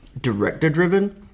director-driven